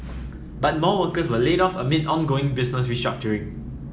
but more workers were laid off amid ongoing business restructuring